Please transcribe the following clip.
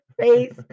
face